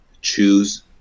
choose